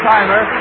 Timer